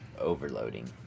overloading